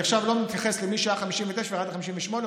אני עכשיו לא מתייחס למי שהיה 59 וירד ל-58.